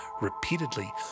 repeatedly